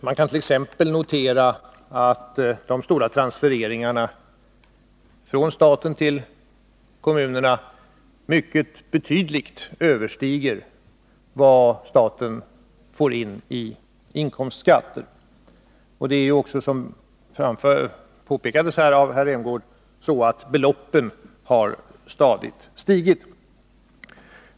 Man kan t.ex. notera att de stora transfereringarna från staten till kommunerna betydligt överstiger vad staten får in i inkomstskatt. Som påpekades här av herr Rämgård har dessa transfereringar beloppsmässigt också ökat stadigt.